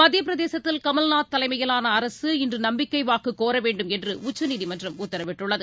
மத்தியப் பிரதேசத்தில் கமல்நாத் தலைமையிலான அரசு இன்று நம்பிக்கை வாக்கு கோர வேண்டும் என்று உச்சநீதிமன்றம் உத்தரவிட்டுள்ளது